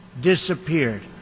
disappeared